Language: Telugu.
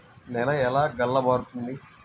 నేల ఎలా గుల్లబారుతుంది?